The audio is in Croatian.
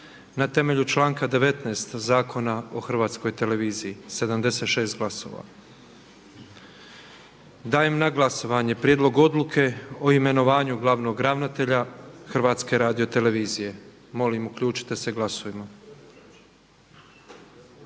na temelju članka 19. Zakona o Hrvatskoj televiziji, 76 glasova. Dajem na glasovanje prijedlog Odluke o imenovanju glavnog ravnatelja HRT-a. Molim uključite se glasujmo.